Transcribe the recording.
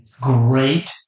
great